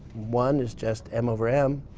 one is just m over m.